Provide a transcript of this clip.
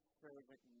servant